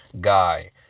guy